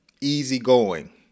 easygoing